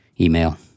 email